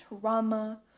trauma